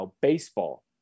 baseball